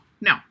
no